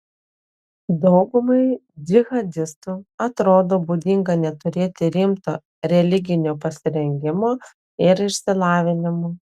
daugumai džihadistų atrodo būdinga neturėti rimto religinio pasirengimo ir išsilavinimo